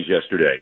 yesterday